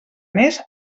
més